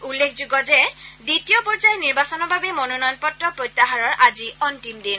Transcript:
উল্লেখযোগ্য যে দ্বিতীয় পৰ্যায়ৰ নিৰ্বাচনৰ বাবে মনোনয়ন পত্ৰ প্ৰত্যাহাৰৰ আজি অন্তিম দিন